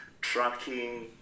tracking